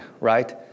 right